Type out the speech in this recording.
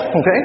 Okay